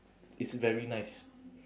it's very nice